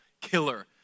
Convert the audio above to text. killer